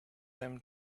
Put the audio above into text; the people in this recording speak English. them